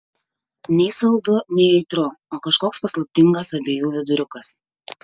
nei saldu nei aitru o kažkoks paslaptingas abiejų viduriukas